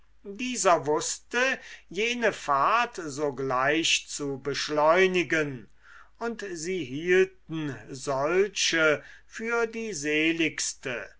dieser wußte jene fahrt sogleich zu beschleunigen und sie hielten solche für die seligste